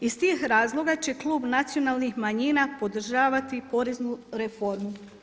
Iz tih razloga će Klub nacionalnih manjina podržati poreznu reformu.